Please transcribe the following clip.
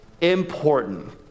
important